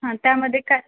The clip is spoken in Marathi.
हा त्यामध्ये काय